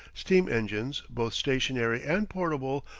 steam-engines, both stationary and portable,